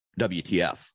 WTF